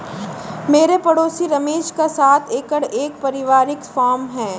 मेरे पड़ोसी रमेश का सात एकड़ का परिवारिक फॉर्म है